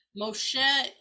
Moshe